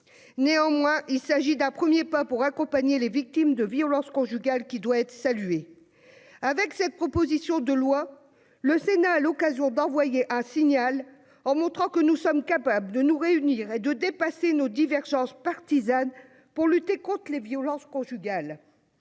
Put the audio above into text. Néanmoins, il s'agit d'un premier pas, qui doit être salué, pour accompagner les victimes de violences conjugales. Avec cette proposition de loi, le Sénat a l'occasion d'envoyer un signal, en montrant que nous sommes capables de nous réunir et de dépasser nos divergences partisanes pour lutter contre les violences conjugales.